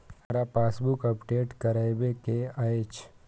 हमरा passbook update करैबे के अएछ?